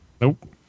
Nope